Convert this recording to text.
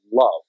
love